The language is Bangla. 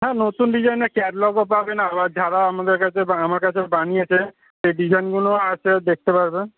হ্যাঁ নতুন ডিজাইনের ক্যাটলগও পাবেন আবার যারা আমাদের কাছে আমার কাছে বানিয়েছে সেই ডিজাইনগুনোও আছে দেখতে পারবে